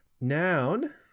Noun